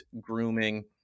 grooming